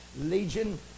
legion